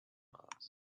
mars